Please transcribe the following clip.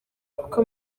kuko